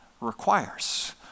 requires